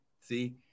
See